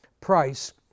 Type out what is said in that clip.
price